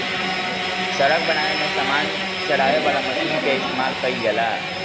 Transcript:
सड़क बनावे में सामान चढ़ावे वाला मशीन कअ इस्तेमाल कइल जाला